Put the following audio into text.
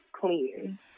clean